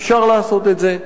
אפשר לעשות את זה,